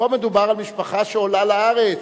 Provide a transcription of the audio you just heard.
פה מדובר על משפחה שעולה לארץ,